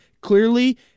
clearly –